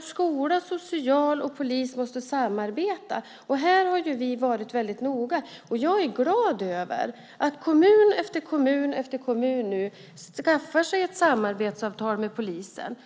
Skola, social och polis måste samarbeta. Där har vi varit väldigt noga. Jag är glad över att kommun efter kommun nu skaffar sig ett samarbetsavtal med polisen.